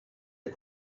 est